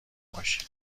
باشید